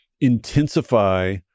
intensify